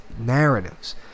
narratives